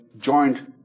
joined